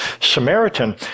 Samaritan